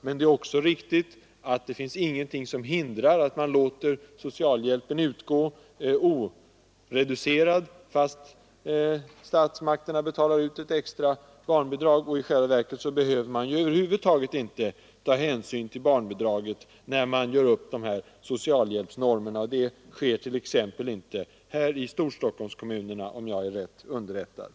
Men det finns 17 maj 1974 inte någonting som hindrar att man låter socialhjälpen utgå oreducerad, trots att staten betalar ut ett extra barnbidrag. I själva verket behöver man över huvud taget inte ta hänsyn till barnbidraget när man gör upp de för att få utföra här socialhjälpsnormerna. Det sker exempelvis inte i Storstockholmskom = tillpassning av konmunerna, om jag är rätt underrättad.